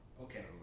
Okay